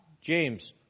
James